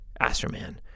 Astroman